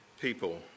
people